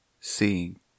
seeing